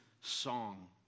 song